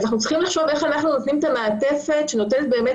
אנחנו צריכים לחשוב איך אנחנו נותנים את המעטפת שנותנת באמת